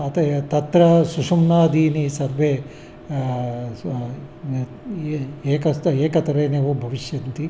अत ये तत्र सुशुम्नादीनि सर्वे स् ए ए एकस्य एकस्थरे वा भविष्यन्ति